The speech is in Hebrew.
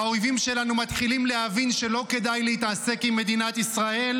והאויבים שלנו מתחילים להבין שלא כדאי להתעסק עם מדינת ישראל,